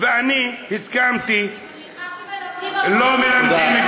אני מניחה שמלמדים --- לא מלמדים,